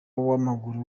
w’amaguru